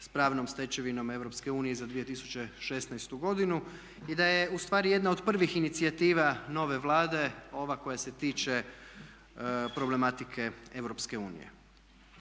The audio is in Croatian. s pravnom stečevinom EU za 2016. godinu. I da je ustvari jedna od prvih inicijativa nove Vlade ova koja se tiče problematike EU.